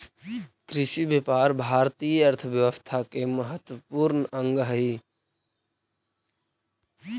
कृषिव्यापार भारतीय अर्थव्यवस्था के महत्त्वपूर्ण अंग हइ